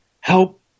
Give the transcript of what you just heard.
help